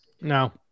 No